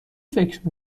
فکر